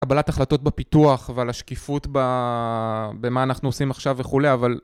קבלת החלטות בפיתוח ועל השקיפות במה אנחנו עושים עכשיו וכולי אבל